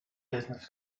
business